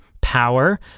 power